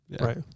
Right